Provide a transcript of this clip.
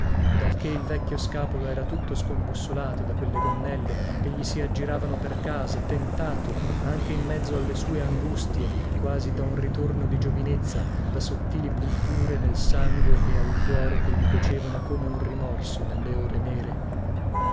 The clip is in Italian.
talchè il vecchio scapolo era tutto scombussolato da quelle gonnelle che gli si aggiravano per casa tentato anche in mezzo alle sue angustie quasi da un ritorno di giovinezza da sottili punture nel sangue e al cuore che gli cocevano come un rimorso nelle ore nere